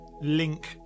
link